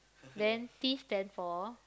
then T stand for